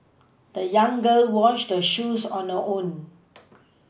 the young girl washed her shoes on her own